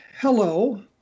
hello